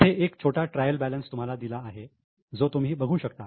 इथे एक छोटा ट्रायल बॅलन्स तुम्हाला दिला आहे जो तुम्ही बघू शकता